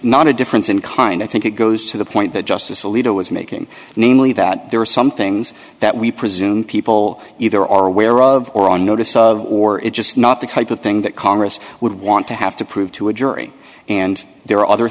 not a difference in kind i think it goes to the point that justice alito is making namely that there are some things that we presume people either are aware of or on notice of or it's just not the type of thing that congress would want to have to prove to a jury and there are other